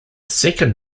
second